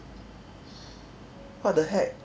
what the heck